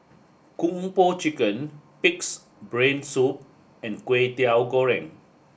Kung Po Chicken Pig's Brain Soup and Kwetiau Goreng